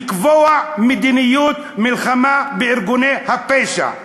לקבוע מדיניות מלחמה בארגוני הפשע.